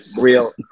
real